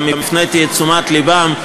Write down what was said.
גם הפניתי את תשומת לבם,